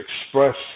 express